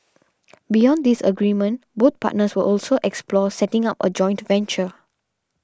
beyond this agreement both partners will also explore setting up a joint venture